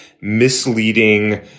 misleading